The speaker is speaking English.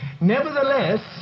Nevertheless